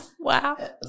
Wow